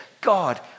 God